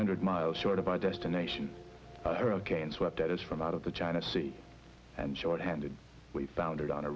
hundred miles short of my destination a hurricane swept at us from out of the china sea and short handed we found it on a